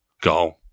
go